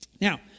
Now